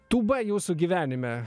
tūba jūsų gyvenime